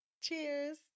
Cheers